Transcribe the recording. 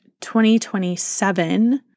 2027